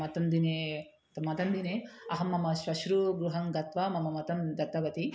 मतं दिने मतं दिने अहं मम श्वश्र्वाः गृहं गत्वा मम मतं दत्तवती